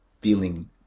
feeling